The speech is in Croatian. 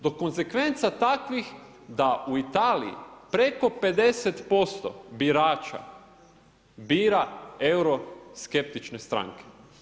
Do konzekvenca takvih da u Italiji preko 50% birača bira euroskeptične stranke.